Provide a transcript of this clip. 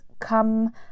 come